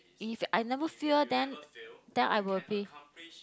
if I never fear them then I'll be